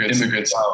immigrants